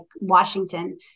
Washington